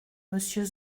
monsieur